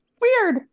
Weird